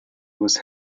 was